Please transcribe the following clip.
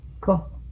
cool